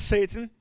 Satan